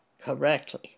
correctly